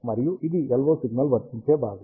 మరియు ఇది LO signal వర్తించే భాగం